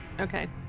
Okay